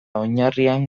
oinarrian